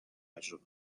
تجربه